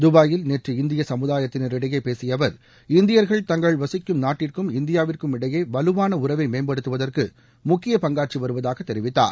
துபாயில் நேற்று இந்திய சமுதாயத்தினரிடையே பேசிய அவர் இந்தியர்கள் தங்கள் வசிக்கும் நாட்டிற்கும் இந்தியாவிற்குமிடையே வலுவான உறவை மேம்படுத்துவதற்கு முக்கிய பங்காற்றிவருவதாக தெரிவித்தார்